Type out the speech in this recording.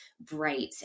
bright